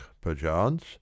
perchance